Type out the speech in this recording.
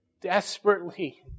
desperately